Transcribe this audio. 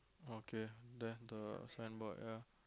okay then the signboard have